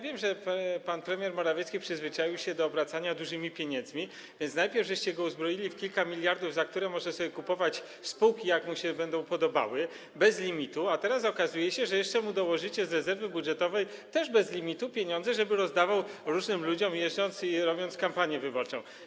Wiem, że pan premier Morawiecki przyzwyczaił się do obracania dużymi pieniędzmi, więc najpierw go uzbroiliście w kilka miliardów, za które może sobie kupować spółki, jak mu się podoba, bez limitu, a teraz okazuje się, że jeszcze mu dołożycie pieniądze z rezerwy budżetowej, też bez limitu, żeby je rozdawał różnym ludziom, jeżdżąc i robiąc kampanię wyborczą.